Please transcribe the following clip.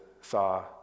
saw